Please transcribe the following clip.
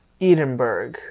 Edinburgh